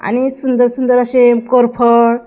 आणि सुंदर सुंदर असे कोरफड